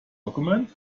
document